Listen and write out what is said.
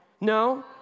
No